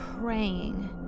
praying